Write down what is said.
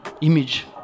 image